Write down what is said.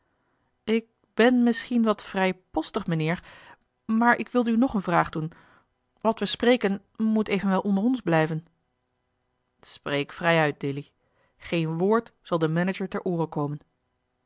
ik ben misschien wat vrijpostig mijnheer maar ik wilde u nog eene vraag doen wat we spreken moet evenwel ons onder blijven spreek vrij uit dilly geen woord zal den manager ter oore komen